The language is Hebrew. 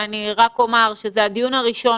אני רק אומר שזה הדיון הראשון.